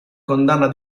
condanna